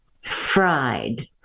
fried